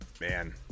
man